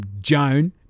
Joan